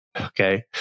Okay